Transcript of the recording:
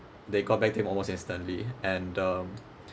they got back to him almost instantly and um